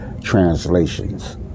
translations